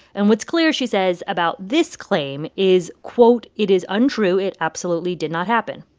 and what's clear, she says, about this claim is, quote, it is untrue. it absolutely did not happen.